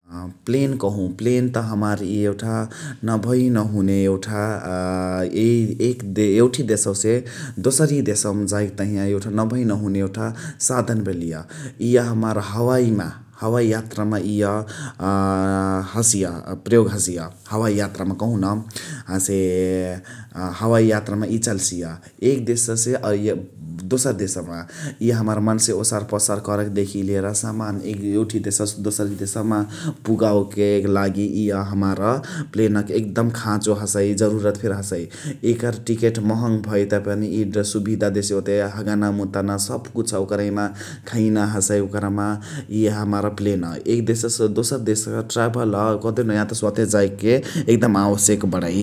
अ plane कहुँ। Plane त हमार इय एउठा नभइनहुने यउठा एक एउठी देशवासे दोसरी देसवामा जाइके तहिया एउठा नभइनहुने साधन भेलिया । इय हमार हवाइ‌मा हवाइ‌यात्रामा इय हसिय । प्रयोग हसिय हवाइ यात्रामा कहु न । हसे हवाई यात्रामा इय चलसिया । एक देशसे इय दोसर देशमा इय हमार मन्से ओसारपसार करक देखि लिएर सामान एउठी देशवासे दोसरी देशवामा पुगावके लागि इय हमार प्लेनक एकदम खाँचो हसइ, जरुरत फेरि हसइ । यकर टिकट महङ भएतापनि इ सुविधा देसिय ओते । हगना मुतना सबकुछ ओकरहीमा। खैना हसइ ओकरामा । इय हमार प्लेन एक देशसे दोसर देशक ट्राभल कदेहुन यातसे वाते जाइके एकदम आवश्यक बडइ।